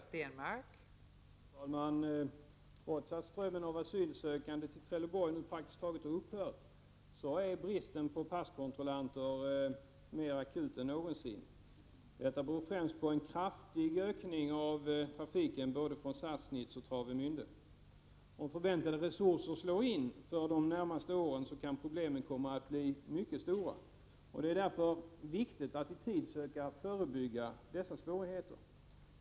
Fru talman! Trots att strömmen av asylsökande till Trelleborg praktiskt taget har upphört är bristen på passkontrollanter mer akut än någonsin. Detta beror främst på en kraftig ökning av trafiken både från Sassnitz och från Travemände. Om utvecklingen när det gäller resurserna blir den som väntas under de närmaste åren kan problemen komma att bli mycket stora. Det är därför viktigt att vi i tid söker förebygga att sådana svårigheter uppstår.